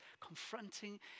confronting